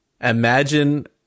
Imagine